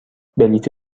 بلیت